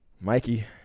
Mikey